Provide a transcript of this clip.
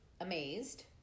amazed